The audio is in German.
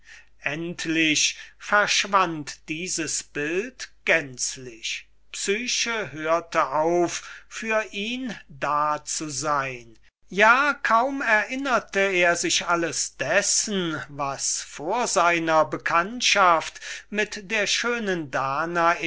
endlich verschwand dieses bild gänzlich psyche hörte auf für ihn zu existieren ja kaum erinnerte er sich alles dessen was vor seiner bekanntschaft mit der schönen danae